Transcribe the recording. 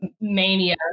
mania